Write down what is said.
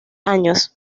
años